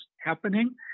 happening